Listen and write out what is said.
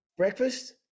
breakfast